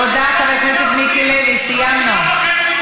תודה, חבר הכנסת מיקי לוי, סיימנו.